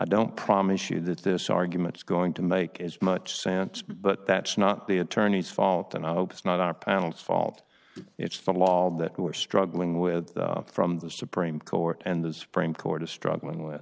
don't promise you that this argument is going to make as much sense but that's not the attorney's fault and i hope it's not our panel's fault it's the law that we were struggling with from the supreme court and the supreme court is struggling with